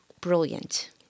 brilliant